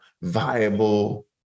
viable